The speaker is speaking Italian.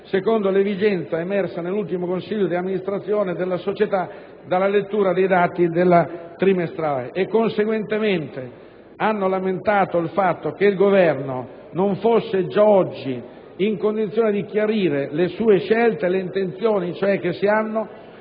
secondo l'evidenza emersa nell'ultimo Consiglio di amministrazione della società dalla lettura dei dati della relazione trimestrale e, conseguentemente, hanno lamentato il fatto che il Governo non fosse già oggi in condizione di chiarire le sue scelte, cioè le intenzioni che si hanno